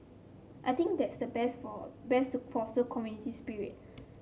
I think that's the best best to foster community spirit